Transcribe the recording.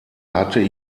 hatte